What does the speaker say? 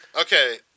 Okay